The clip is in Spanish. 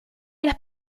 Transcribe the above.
las